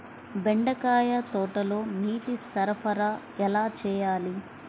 బెండకాయ తోటలో నీటి సరఫరా ఎలా చేయాలి?